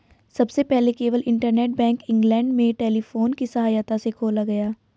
सबसे पहले केवल इंटरनेट बैंक इंग्लैंड में टेलीफोन की सहायता से खोला गया